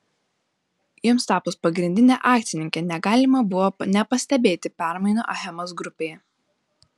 jums tapus pagrindine akcininke negalima buvo nepastebėti permainų achemos grupėje